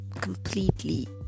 completely